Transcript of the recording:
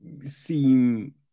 seem